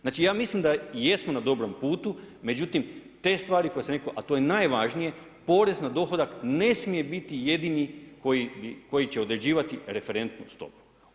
Znači ja mislim da jesmo na dobrom putu, međutim te stvari koje sam rekao, a to je najvažnije porez na dohodak ne smije biti jedini koji će određivati referentnu stopu.